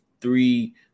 three